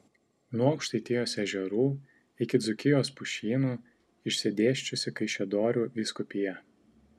nuo aukštaitijos ežerų iki dzūkijos pušynų išsidėsčiusi kaišiadorių vyskupija